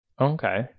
okay